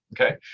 Okay